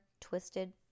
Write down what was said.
twisted